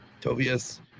Tobias